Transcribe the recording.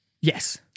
Yes